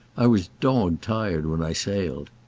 i was dog-tired when i sailed.